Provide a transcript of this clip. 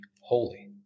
holy